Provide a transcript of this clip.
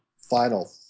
final